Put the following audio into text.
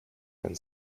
and